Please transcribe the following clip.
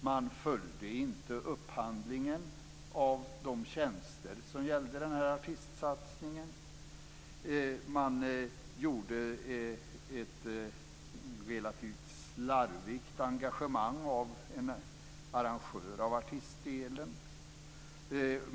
Man följde inte upphandlingen av de tjänster som gällde artistsatsningen. Man gjorde ett relativt slarvigt engagemang av en arrangör för artistdelen.